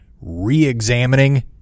Re-examining